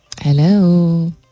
hello